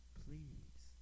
please